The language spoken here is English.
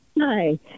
Hi